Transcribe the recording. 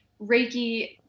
Reiki